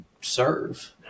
serve